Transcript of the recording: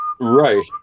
right